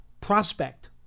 prospect